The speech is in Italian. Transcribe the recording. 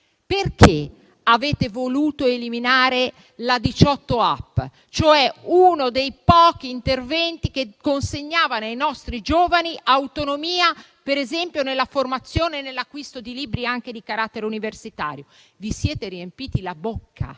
Perché avete voluto eliminare la 18app, cioè uno dei pochi interventi che consegnava ai nostri giovani autonomia nella formazione e nell'acquisto di libri, anche di carattere universitario? Vi siete riempiti la bocca